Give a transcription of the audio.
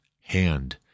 hand